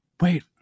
Wait